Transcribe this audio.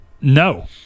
no